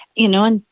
you know? and,